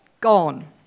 gone